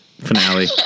finale